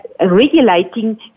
regulating